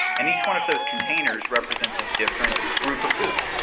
and each one of those containers represents a different group of foods,